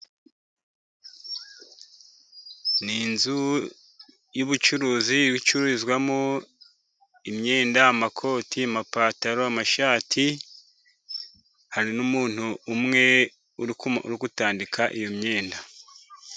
Ni inzu y'ubucuruzi icururizwamo imyenda: amakoti, amapataro, amashati, hari n' umuntu umwe uri gutandika iyo myenda.